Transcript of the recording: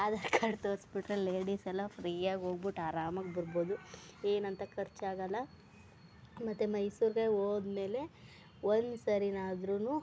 Aadhaar card ತೋರಿಸ್ಬಿಟ್ರೆ ಲೇಡಿಸ್ ಎಲ್ಲ ಫ್ರೀಯಾಗಿ ಹೋಗ್ಬಿಟ್ ಆರಾಮಾಗಿ ಬರ್ಬೋದು ಏನಂತ ಖರ್ಚಾಗಲ್ಲ ಮತ್ತು ಮೈಸೂರಿಗೆ ಹೋದ್ಮೇಲೆ ಒಂದ್ಸರಿನಾದ್ರು